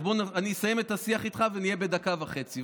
אז בוא, אני אסיים את השיח איתך ונהיה בדקה וחצי.